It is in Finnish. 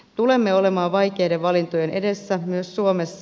tulemme olemaan vaikeiden valintojen edessä myös suomessa